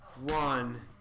one